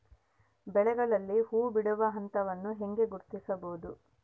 ಬೆಳೆಗಳಲ್ಲಿ ಹೂಬಿಡುವ ಹಂತವನ್ನು ಹೆಂಗ ಗುರ್ತಿಸಬೊದು?